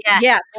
Yes